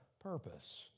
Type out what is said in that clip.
purpose